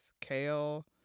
kale